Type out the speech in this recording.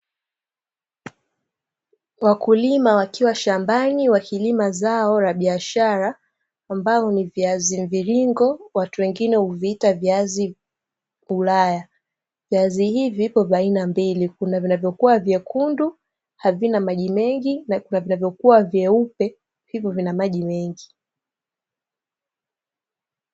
Wakulima wakiwa shambani, wakilima zao la biashara ambalo ni viazi mviringo watu wengine huviita viazi ulaya. Viazi hivi viko vya aina mbili, kuna vinayokuwa vyekundu ambavyo havina maji mengi, na kuna vinavyokuwa vyeupe hivyo vina maji mengi.